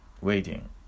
waiting